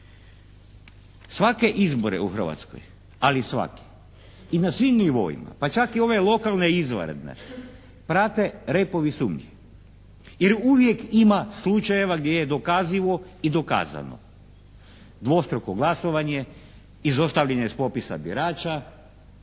Svake izbore u Hrvatskoj, ali svake, i na svim nivoima pa čak i ove lokalne i izvanredne prate repovi sumnji. Jer uvijek ima slučajeva gdje je dokazivo i dokazano dvostruko glasovanje, izostavljanje s popisa birača,